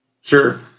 Sure